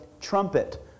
trumpet